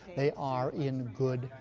they are in good.